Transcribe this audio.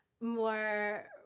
more